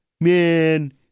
man